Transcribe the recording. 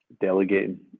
delegating